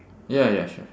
ya ya sure